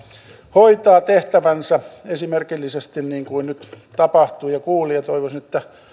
hoitaa tehtävänsä esimerkillisesti niin kuin nyt tapahtui ja toivoisin että